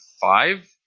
five